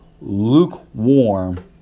lukewarm